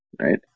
right